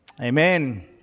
Amen